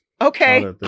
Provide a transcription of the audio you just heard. Okay